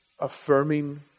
Affirming